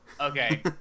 Okay